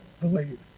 believe